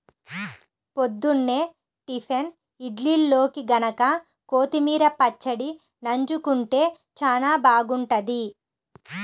పొద్దున్నే టిఫిన్ ఇడ్లీల్లోకి గనక కొత్తిమీర పచ్చడి నన్జుకుంటే చానా బాగుంటది